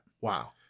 Wow